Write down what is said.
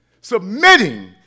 Submitting